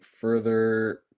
further